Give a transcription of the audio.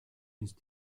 ist